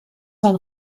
sein